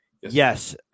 Yes